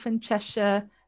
Cheshire